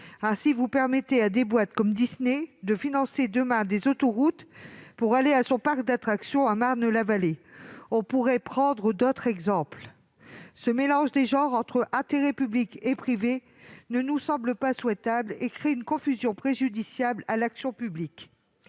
Ainsi, vous permettez à une société comme Disney de financer, demain, des autoroutes pour rejoindre son parc d'attractions, à Marne-la-Vallée. Je pourrais prendre d'autres exemples ... Ce mélange des genres entre intérêt public et intérêts privés ne nous semble pas souhaitable. Il crée une confusion préjudiciable à l'action publique